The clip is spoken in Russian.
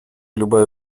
любая